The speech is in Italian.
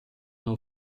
non